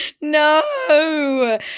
no